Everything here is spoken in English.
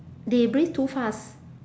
they breathe too fast